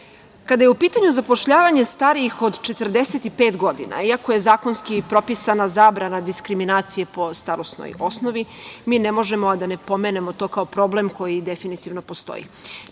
je u pitanju zapošljavanje starijih od 45 godina, iako je zakonski propisana zabrana diskriminacije po starosnoj osnovi, mi ne možemo a da ne pomenemo to kao problem koji definitivno postoji.